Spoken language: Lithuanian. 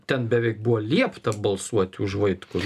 ten beveik buvo liepta balsuoti už vaitkų